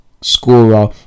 scorer